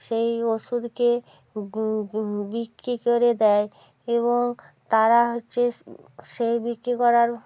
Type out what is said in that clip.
সেই ওষুধকে বিক্রি করে দেয় এবং তারা হচ্ছে সেই বিক্রি করার